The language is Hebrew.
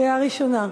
עברה.